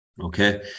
Okay